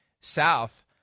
South